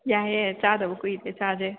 ꯌꯥꯏꯌꯦ ꯆꯥꯗꯕ ꯀꯨꯏꯔꯦ ꯆꯥꯁꯦ